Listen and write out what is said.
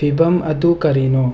ꯐꯤꯕꯝ ꯑꯗꯨ ꯀꯔꯤꯅꯣ